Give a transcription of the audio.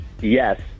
Yes